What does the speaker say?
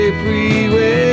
freeway